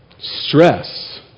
stress